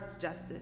justice